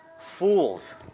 Fools